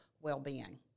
well-being